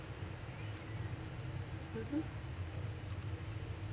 mmhmm